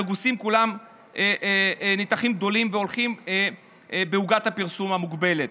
הנוגסים כולם נתחים גדלים והולכים בעוגת הפרסום המוגבלת.